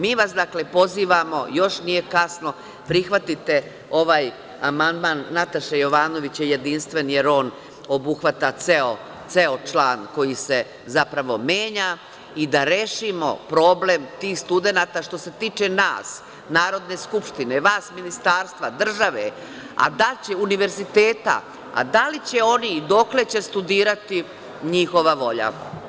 Mi vas, dakle, pozivamo, još nije kasno, prihvatite ovaj amandman Nataše Jovanović, jedinstven je, jer on obuhvata ceo član koji se zapravo menja i da rešimo problem tih studenata, što se tiče nas, Narodne skupštine, vas Ministarstva, države, univerziteta, a da li će oni i dokle će studirati, njihova volja.